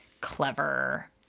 clever